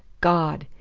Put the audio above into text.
god!